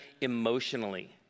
emotionally